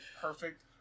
perfect